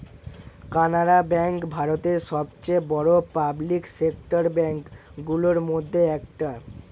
Canara bank ভারতের সবচেয়ে বড় পাবলিক সেক্টর ব্যাঙ্ক গুলোর মধ্যে একটা